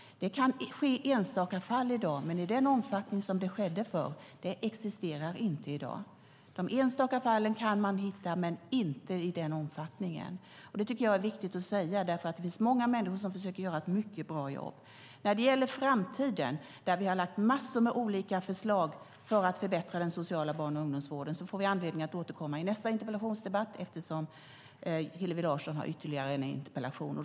Det kan finnas enstaka fall i dag, men den omfattning som det hade förut existerar inte i dag. Detta är viktigt att säga, för det är många som försöker göra ett mycket bra jobb. När det gäller framtiden har vi lagt fram massor av olika förslag för att förbättra den sociala barn och ungdomsvården. Vi får anledning att återkomma till detta i nästa interpellationsdebatt eftersom Hillevi Larsson har en interpellation om det.